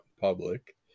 public